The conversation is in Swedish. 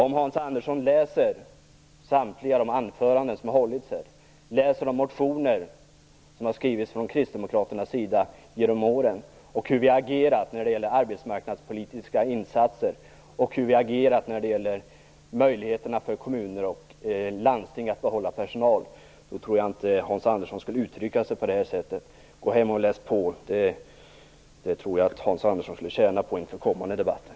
Om han läser alla de anföranden som har hållits här och de motioner som har skrivits av Kristdemokraterna genom åren och om han ser på hur vi agerat när det gäller arbetsmarknadspolitiska insatser och möjligheterna för kommuner och landsting att behålla personal, då tror jag inte att han skulle kunna uttrycka sig på det sättet. Gå hem och läs på! Det tror jag Hans Andersson skulle tjäna på inför kommande debatter.